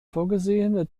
vorgesehene